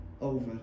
Over